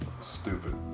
Stupid